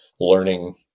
learning